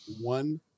one